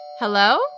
hello